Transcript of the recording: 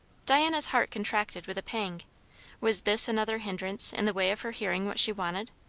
diana's heart contracted with a pang was this another hindrance in the way of her hearing what she wanted?